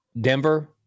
Denver